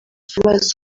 kibazo